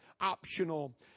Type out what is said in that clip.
optional